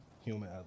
human